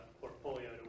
portfolio